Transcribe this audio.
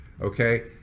okay